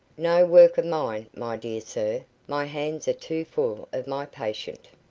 no work of mine, my dear sir my hands are too full of my patient.